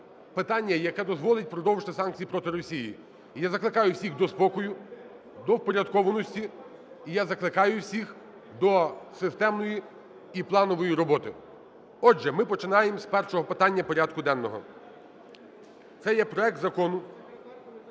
питання, яке дозволить продовжити санкції проти Росії. І я закликаю всіх до спокою, до впорядкованості. І я закликаю всіх до системної і планової роботи. Отже, ми починаємо з першого питання порядку денного. Це є проект Закону